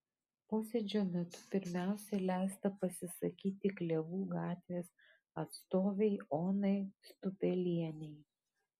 posėdžio metu pirmiausia leista pasisakyti klevų gatvės atstovei onai stupelienei